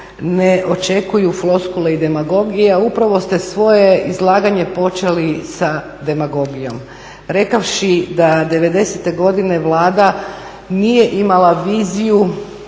ne očekuju floskule i demagogije, a upravo ste svoje izlaganje počeli sa demagogijom rekavši da '90-e godine Vlada nije imala viziju